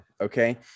Okay